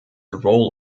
roll